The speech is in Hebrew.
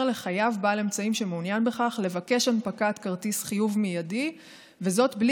לחייב בעל אמצעים המעוניין בכך לבקש הנפקת כרטיס חיוב מיידי בלי